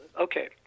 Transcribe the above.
Okay